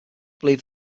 believe